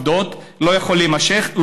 שרק שליש מהנשים עובדות, לא יכול להימשך.